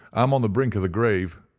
i'm on the brink of the grave,